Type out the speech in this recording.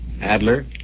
Adler